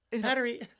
Battery